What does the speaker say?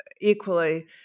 equally